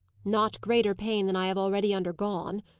not greater pain than i have already undergone,